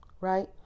right